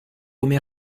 come